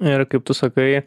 ir kaip tu sakai